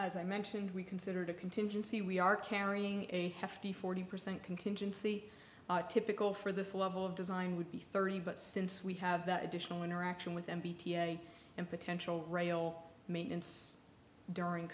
as i mentioned we considered a contingency we are carrying a hefty forty percent contingency typical for this level of design would be thirty but since we have that additional interaction with them p t a and potential rail maintenance during